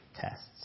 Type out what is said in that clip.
tests